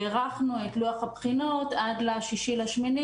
הארכנו את לוח הבחינות עד ל-6 לאוגוסט,